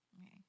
Okay